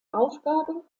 aufgabe